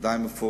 זה די מפורט.